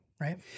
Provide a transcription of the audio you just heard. right